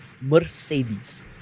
Mercedes